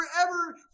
forever